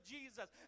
Jesus